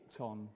on